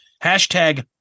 Hashtag